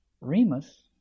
Remus